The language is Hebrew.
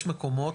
יש מקומות,